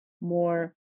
more